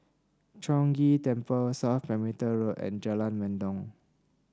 Chong Ghee Temple South Perimeter Road and Jalan Mendong